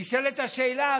נשאלת השאלה,